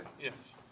Yes